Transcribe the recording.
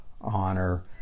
honor